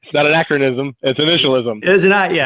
not anachronism at the initialism is not. yeah.